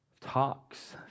talks